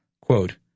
quote